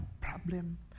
problem